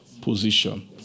position